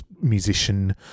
musician